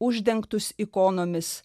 uždengtus ikonomis